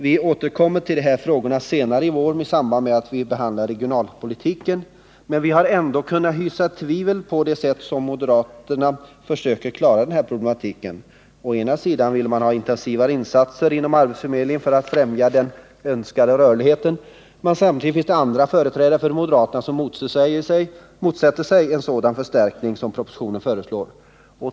Vi återkommer till de frågorna senare i vår i samband med att vi behandlar regionalpolitiken, men vi har ändå hyst tvivel om det sätt på vilket moderaterna försöker klara den här problematiken. Å ena sidan vill man ha intensivare insatser inom arbetsförmedlingen för att främja den önskade rörligheten, å andra sidan finns det företrädare för moderaterna som motsätter sig en sådan förstärkning som propositionen föreslår.